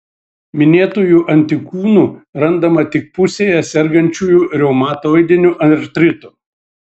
minėtųjų antikūnų randama tik pusėje sergančiųjų reumatoidiniu artritu